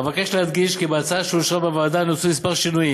אבקש להדגיש כי בהצעה שאושרה בוועדה נעשו כמה שינויים